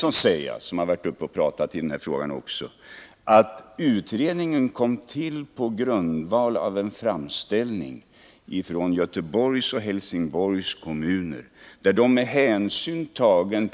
Jag vill till herr Börjesson, som också talat i denna fråga, säga att utredningen kom till på grundval av en framställning från Göteborgs och Helsingborgs kommuner.